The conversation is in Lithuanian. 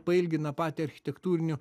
pailgina patį architektūrinių